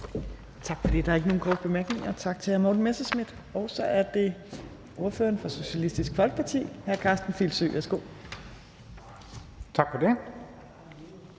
Torp): Der er ikke nogen korte bemærkninger. Tak til hr. Morten Messerschmidt. Så er det ordføreren for Socialistisk Folkeparti. Hr. Karsten Filsø, værsgo. Kl.